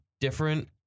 different